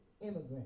immigrant